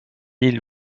île